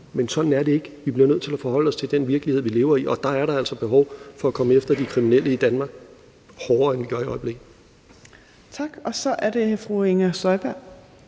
men sådan er det ikke. Vi bliver nødt til at forholde os til den virkelighed, vi lever i, og der er der altså behov for at gå hårdere efter de kriminelle i Danmark, end vi gør i øjeblikket. Kl. 15:30 Fjerde næstformand